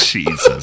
Jesus